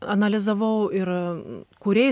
analizavau ir kūrėjai